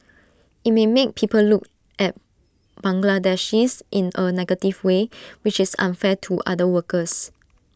IT may make people look at Bangladeshis in A negative way which is unfair to other workers